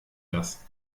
das